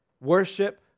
Worship